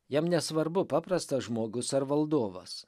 jam nesvarbu paprastas žmogus ar valdovas